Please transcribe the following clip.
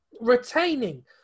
Retaining